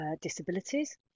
disabilities